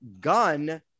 Gun